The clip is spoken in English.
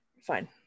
Fine